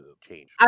change